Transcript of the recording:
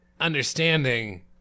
Understanding